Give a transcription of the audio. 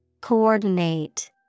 Coordinate